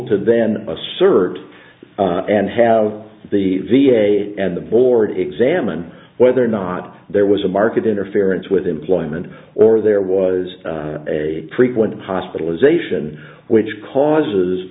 to then assert and have the v a and the board examined whether or not there was a market interference with employment or there was a frequent hospitalization which causes